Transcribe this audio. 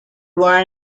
were